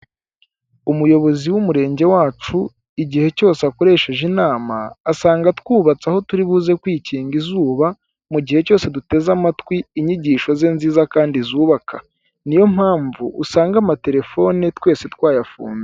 Umuyobozi w'umurenge wacu igihe cyose akoresheje inama asanga twubatse aho turi buze kwikinga izuba mu gihe cyose duteze amatwi inyigisho ze nziza kandi zubaka niyo mpamvu usanga amatelefone twese twayafunze.